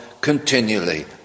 continually